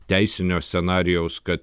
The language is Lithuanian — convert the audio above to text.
teisinio scenarijaus kad